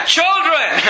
children